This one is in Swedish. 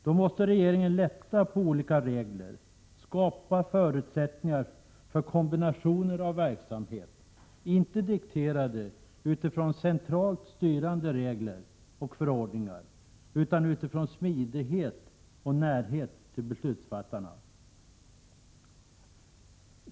Därför måste regeringen lätta på olika regler och skapa förutsättningar för kombinationer av verksamheter — och då inte dikterade utifrån centralt styrande regler och förordningar, utan utifrån smidighet och närhet till beslutsfattarna.